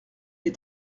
est